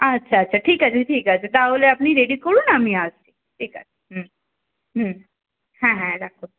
আচ্ছা আচ্ছা ঠিক আছে ঠিক আছে তাহলে আপনি রেডি করুন আমি আসছি ঠিক আছে হুম হুম হ্যাঁ হ্যাঁ রাখুন